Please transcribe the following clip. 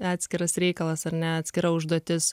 atskiras reikalas ar ne atskira užduotis